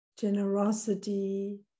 generosity